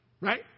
Right